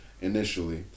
initially